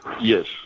Yes